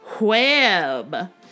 Web